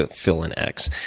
but fill in x,